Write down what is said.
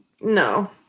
No